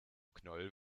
knoll